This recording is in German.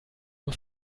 nur